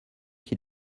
qui